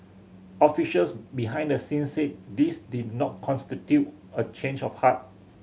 officials behind the scenes said this did not constitute a change of heart